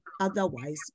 otherwise